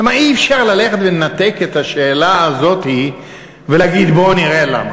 אי-אפשר ללכת ולנתק את השאלה הזאת ולהגיד בואו נראה למה.